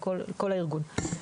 לכל הארגון.